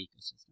ecosystem